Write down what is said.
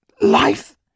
Life